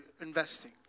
investing